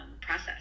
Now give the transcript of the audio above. process